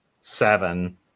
seven